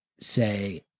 say